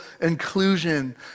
inclusion